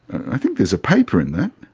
i think there's a paper in that.